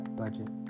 budget